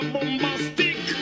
Bombastic